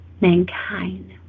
mankind